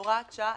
הוראת שעה.